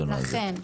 לכן,